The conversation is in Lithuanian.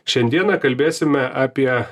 šiandieną kalbėsime apie